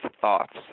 thoughts